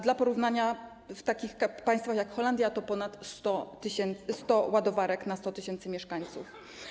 Dla porównania w takich państwach jak Holandia to ponad 100 ładowarek na 100 tys. mieszkańców.